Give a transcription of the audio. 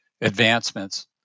advancements